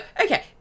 okay